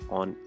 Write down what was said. on